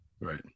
Right